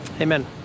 Amen